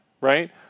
right